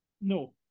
No